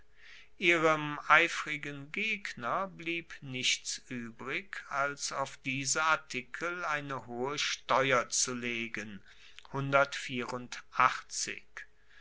ihrem eifrigen gegner blieb nichts uebrig als auf diese artikel eine hohe steuer zu legen